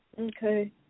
Okay